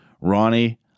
Ronnie